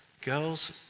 Girls